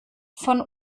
von